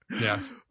Yes